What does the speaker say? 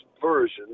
version